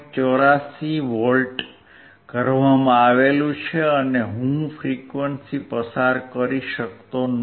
84V કરવામાં આવ્યું છે અને હું ફ્રીકવંસી પસાર કરી શકતો નથી